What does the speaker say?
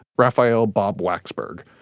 rafael bob blacksburg.